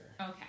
Okay